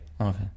Okay